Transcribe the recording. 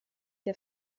der